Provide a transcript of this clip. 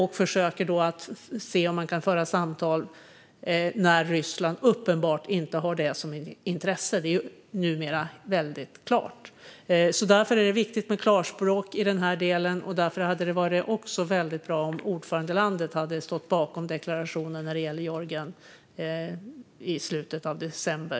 Vi bör se om man kan föra samtal om detta när Ryssland uppenbart inte har det som intresse, vilket numera är väldigt klart. Det är viktigt med klarspråk i den här delen. Därför hade det varit väldigt bra om ordförandelandet hade stått bakom deklarationen när det gäller Georgien i slutet av december.